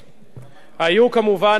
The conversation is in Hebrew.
היו כמובן השוואות